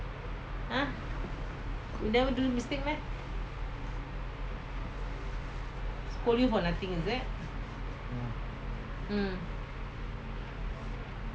ya